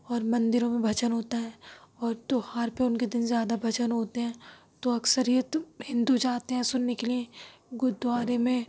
اور مندروں میں بھجن ہوتا ہے اور تہوار پہ اُن کے دِن زیادہ بھجن ہوتے ہیں تو اکثر یہ تو ہندو جاتے ہیں سُننے کے لیے گردوارے میں